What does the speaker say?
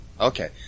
Okay